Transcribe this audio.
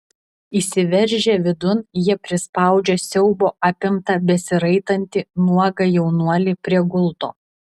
įsiveržę vidun jie prispaudžia siaubo apimtą besiraitantį nuogą jaunuolį prie gulto